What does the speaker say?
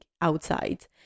outside